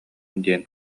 диэн